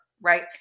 Right